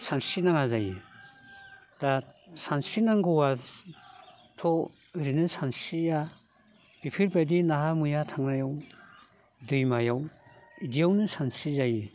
सानस्रिनाङा जायो दा सानस्रिनांगौआथ' औरैनो सानस्रिया इफोरबायदि नाहा मैहा थांनायाव दैमायाव इदियावनो सानस्रिजायो